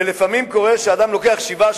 לפעמים קורה שאדם לוקח שבעה,